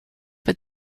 but